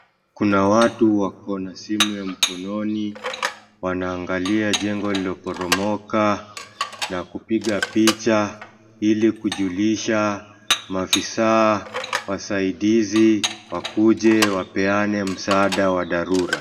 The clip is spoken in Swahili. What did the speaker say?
Kuna watu wako na simu ya mkononi, wanaangalia jengo lililoporomoka na kupiga picha ili kujulisha maafisa wasaidizi wakuja wapeane msaada wa dharura.